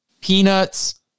peanuts